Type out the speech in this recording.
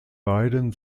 beiden